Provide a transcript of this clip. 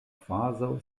kvazaŭ